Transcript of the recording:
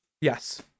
Yes